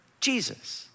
Jesus